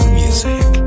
music